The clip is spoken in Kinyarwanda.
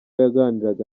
yaganiraga